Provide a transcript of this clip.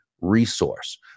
resource